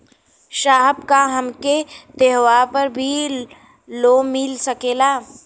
साहब का हमके त्योहार पर भी लों मिल सकेला?